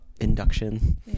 induction